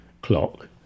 clock